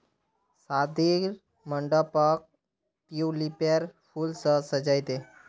शादीर मंडपक ट्यूलिपेर फूल स सजइ दे